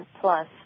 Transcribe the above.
plus